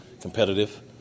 competitive